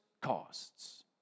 costs